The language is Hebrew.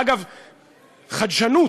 אגב, חדשנות,